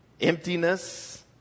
emptiness